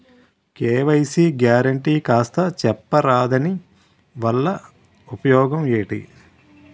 KYC guarantee కాస్త చెప్తారాదాని వల్ల ఉపయోగం ఎంటి?